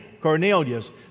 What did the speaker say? Cornelius